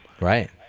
Right